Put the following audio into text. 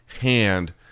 hand